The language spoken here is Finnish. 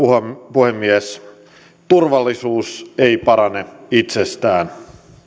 puhemies turvallisuus ei parane itsestään